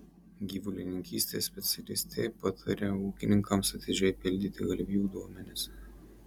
gyvulininkystės specialistė pataria ūkininkams atidžiai pildyti galvijų duomenis